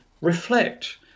reflect